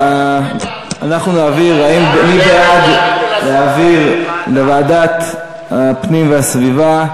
מי בעד להעביר לוועדת הפנים והגנת הסביבה?